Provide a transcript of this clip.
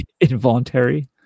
Involuntary